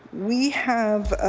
we have,